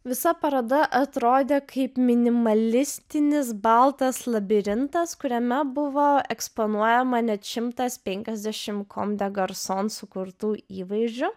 visa paroda atrodė kaip minimalistinis baltas labirintas kuriame buvo eksponuojama net šimtas penkiasdešim kom de garson sukurtų įvaizdžių